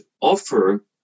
offer